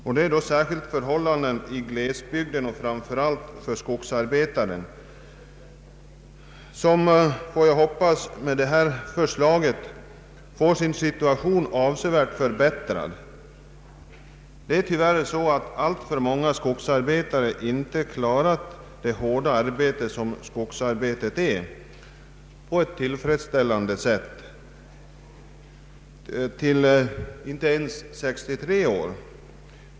Särskilt är detta förhållandet i glesbygder och gäller framför allt för skogsarbetare, som — det är min förhoppning — med det föreliggande förslaget kommer att få sin situation avsevärt förbättrad. Det är tyvärr så att alltför många skogsarbetare inte lyckas klara det hårda arbetet i skogen på ett tillfredsställande sätt, inte ens vid 63 års ålder.